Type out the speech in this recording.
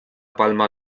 palma